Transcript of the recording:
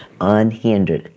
Unhindered